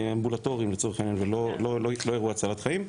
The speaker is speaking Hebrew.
אמבולטוריים, ולא אירוע הצלת חיים.